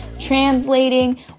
translating